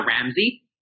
Ramsey